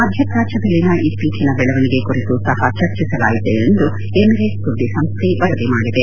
ಮಧ್ಯಪ್ರಾಚ್ಯದಲ್ಲಿನ ಇತ್ತೀಚಿನ ಬೆಳವಣಿಗೆ ಕುರಿತು ಸಹ ಚರ್ಚಿಸಲಾಯಿತು ಎಂದು ಎಮಿರೇಟ್ಸ್ ಸುದ್ದಿ ಸಂಸ್ವೆ ವರದಿ ಮಾಡಿದೆ